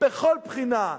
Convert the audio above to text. בכל בחינה?